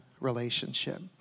relationship